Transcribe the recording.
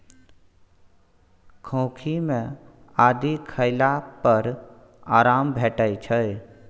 खोंखी मे आदि खेला पर आराम भेटै छै